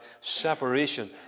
separation